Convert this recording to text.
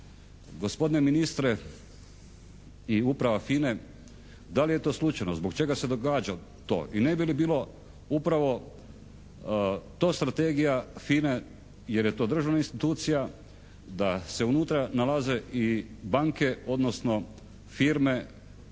Gospodine ministre i uprava FINA-e, da li je to slučajno? Zbog čega se događa to? I ne bi li bilo upravo to strategija FINA-e jer je to državna institucija da se unutra nalaze i banke odnosno firme